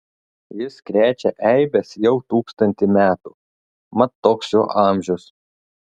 jis krečia eibes jau tūkstantį metų mat toks jo amžius